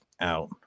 out